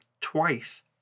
twice